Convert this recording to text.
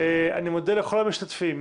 אני מודה לכל המשתתפים,